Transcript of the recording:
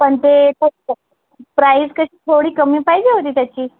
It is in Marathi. पण ते प्राईस कशी थोडी कमी पाहिजे होती त्याची